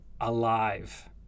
Alive